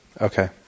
Okay